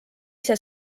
ise